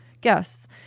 guests